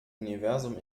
universum